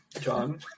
John